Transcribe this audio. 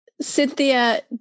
Cynthia